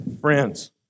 Friends